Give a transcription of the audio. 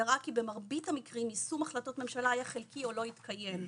והראה כי במרבית המקרים יישום החלטות ממשלה היה חלקי או לא התקיים.